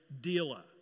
dealer